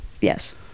yes